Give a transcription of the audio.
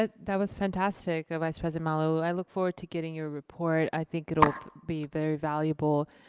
that was fantastic, vice president malauulu. i look forward to getting your report. i think it'll be very valuable,